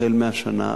החל מהשנה,